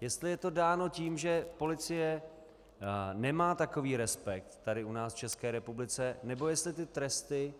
Jestli je to dáno tím, že policie nemá takový respekt tady u nás v České republice, nebo jestli ty tresty